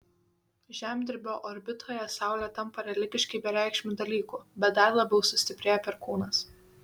žemdirbio orbitoje saulė tampa religiškai bereikšmiu dalyku bet dar labiau sustiprėja perkūnas